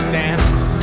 dance